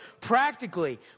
practically